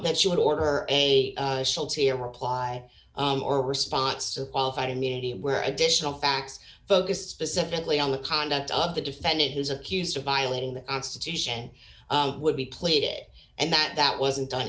that she would order a shell to reply or response to qualified immunity where additional facts focused specifically on the conduct of the defendant who's accused of violating the constitution would be played it and that that wasn't done